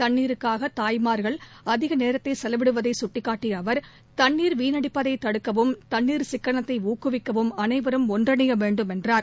தண்ணீ ருக்காகதாய்மார்கள் அதிகநேரத்தைசெலவிடுவதைசுட்டிக்காட்டியஅவர் தன்னீர் வீணடிப்பதைதடுக்கவும் தண்ணீர் சிக்கனத்தைஊக்குவிக்கவும் அனைவரும் ஒன்றிணையவேண்டும் என்றார்